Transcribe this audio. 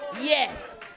Yes